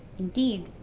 indeed,